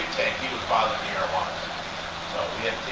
he was bothering the arowanas so we had